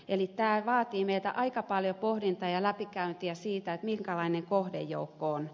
eli tämä vaatii meiltä aika paljon pohdintaa ja läpikäyntiä siitä minkälainen kohdejoukko on